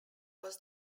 was